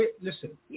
Listen